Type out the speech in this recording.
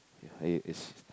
ya it is